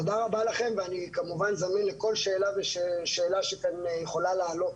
תודה רבה לכם ואני כמובן זמין לכל שאלה ושאלה שכאן יכולה לעלות.